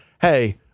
hey